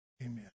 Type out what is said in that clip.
Amen